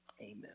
Amen